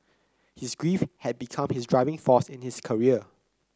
his grief had become his driving force in his career